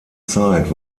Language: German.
zeit